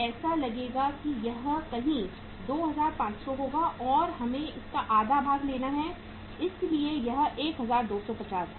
ऐसा लगेगा कि यह कहीं 2500 होगा और हमें इसका आधा भाग लेना है इसलिए यह 1250 है